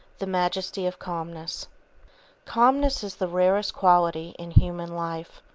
the majesty of calmness calmness is the rarest quality in human life.